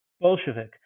Bolshevik